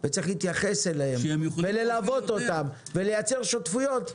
וצריך להתייחס אליהם וללוות אותם ולייצר שותפויות,